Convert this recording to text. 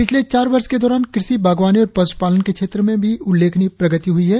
पिछले चार वर्ष के दौरान क्रषि बागवानी और पशु पालन के क्षेत्र में भी उल्लेखनीय प्रगति हुई है